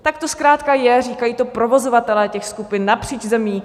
Tak to zkrátka je, říkají to provozovatelé těch skupin napříč zemí.